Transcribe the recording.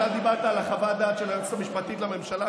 אתה דיברת על חוות הדעת של היועצת המשפטית לממשלה.